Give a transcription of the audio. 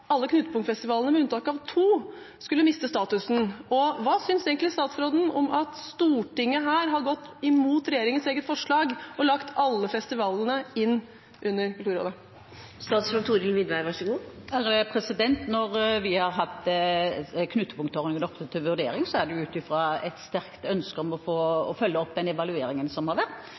alle knutepunktfestivalene med unntak av to skulle miste statusen? Hva synes statsråden egentlig om at Stortinget har gått imot regjeringens eget forslag og lagt alle festivalene inn under Kulturrådet? Når vi har hatt knutepunktordningen oppe til vurdering, er det ut fra et sterkt ønske om å følge opp den evalueringen som har